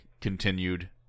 continued